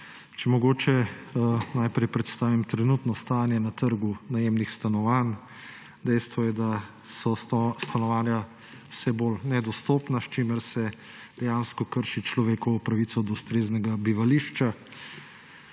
Če mogoče najprej predstavim trenutno stanje na trgu najemnih stanovanj. Dejstvo je, da so stanovanja vse bolj nedostopna, s čimer se krši človekovo pravico do ustreznega bivališča.